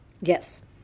Yes